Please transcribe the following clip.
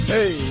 Hey